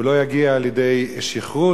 הוא לא יגיע לידי שכרות,